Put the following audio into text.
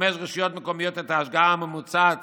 בחמש רשויות מקומיות את ההשקעה הממוצעת